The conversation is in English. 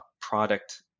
product